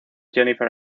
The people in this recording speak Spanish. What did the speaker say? jennifer